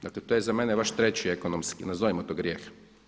Dakle to je za mene vaš treći ekonomski nazovimo to grijeh.